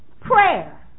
prayer